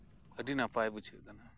ᱟᱹᱰᱤ ᱱᱟᱯᱟᱭ ᱵᱩᱡᱷᱟᱹᱜ ᱠᱟᱱᱟ